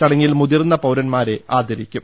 ചടങ്ങിൽ മുതിർന്ന പൌരന്മാരെ ആദരിക്കും